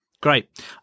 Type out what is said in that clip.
Great